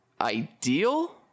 ideal